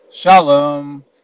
Shalom